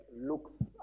looks